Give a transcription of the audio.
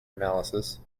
analysis